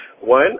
One